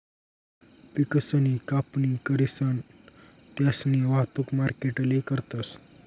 पिकसनी कापणी करीसन त्यास्नी वाहतुक मार्केटले करतस